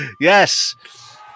Yes